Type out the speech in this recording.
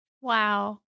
Wow